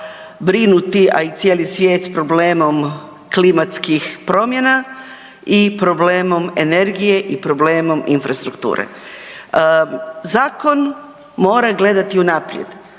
brinuti, a i cijeli svijet s problemom klimatskih promjena i problemom energije i problemom infrastrukture. Zakon mora gledati unaprijed.